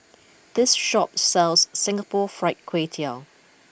this shop sells Singapore Fried Kway Tiao